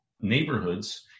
neighborhoods